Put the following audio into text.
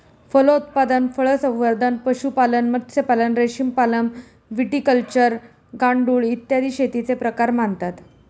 फलोत्पादन, फळसंवर्धन, पशुपालन, मत्स्यपालन, रेशीमपालन, व्हिटिकल्चर, गांडूळ, इत्यादी शेतीचे प्रकार मानतात